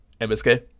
MSK